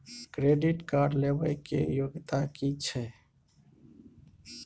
Credit card लेबै के योग्यता कि छै?